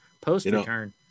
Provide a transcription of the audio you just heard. post-return